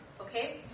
Okay